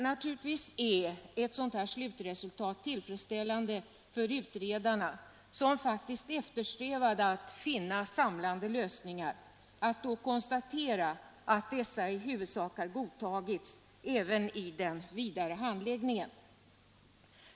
Naturligtvis är det tillfredsställande för utredarna, som faktiskt eftersträvade att finna samlande lösningar, att konstatera att deras förslag i huvudsak har godtagits även i den vidare handläggningen.